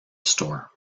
store